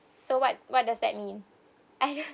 so what what does that mean I don't